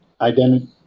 identity